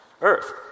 Earth